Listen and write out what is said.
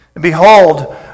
Behold